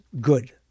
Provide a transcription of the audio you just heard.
good